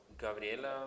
Gabriela